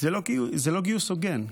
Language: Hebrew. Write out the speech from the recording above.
זה לא גיוס הוגן.